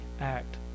act